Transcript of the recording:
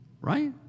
Right